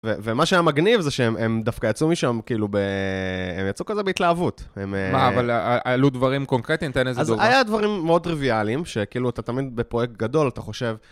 ומה שהיה מגניב זה שהם דווקא יצאו משם כאילו ב... הם יצאו כזה בהתלהבות. מה, אבל עלו דברים קונקרטיים? תן איזה דוגמא. אז היו דברים מאוד טריוויאליים, שכאילו אתה תמיד בפרויקט גדול, אתה חושב...